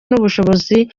n’ubushobozi